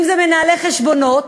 אם זה מנהלי חשבונות,